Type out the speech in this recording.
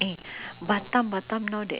orh new shop eh